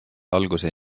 alguse